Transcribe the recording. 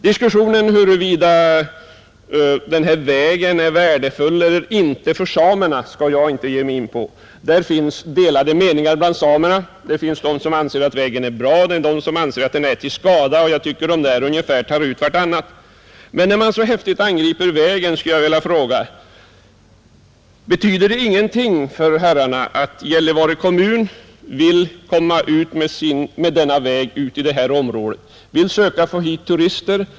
Diskussionen huruvida vägen är värdefull eller inte för samerna skall jag inte ge mig in på; det finns delade meningar bland samerna — en del av dem anser att vägen är bra och andra anser att den är till skada, och jag tycker att de uppfattningarna tar ut varandra, Men när man så häftigt angriper vägen skulle jag vilja fråga: Betyder det ingenting för herrarna att Gällivare kommun med denna väg vill komma ut till detta område och vill få dit turister?